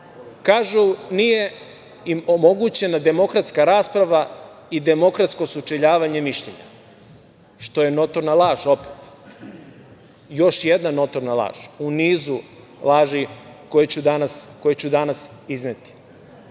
Kažu nije im omogućena demokratska rasprava i demokratsko sučeljavanje mišljenja, što je notorna laž opet, još jedna notorna laž u nizu laži koje ću danas izneti. Dakle,